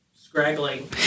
Scraggly